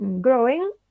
growing